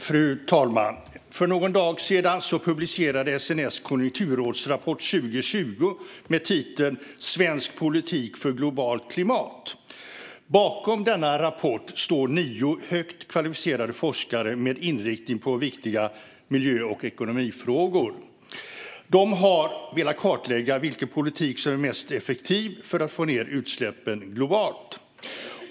Fru talman! För någon dag sedan publicerades SNS Konjunkturrådsrapport 2020: Svensk politik för globalt klimat . Bakom denna rapport står nio högt kvalificerade forskare med inriktning på viktiga miljö och ekonomifrågor. De har velat kartlägga vilken politik som är mest effektiv för att få ned utsläppen globalt.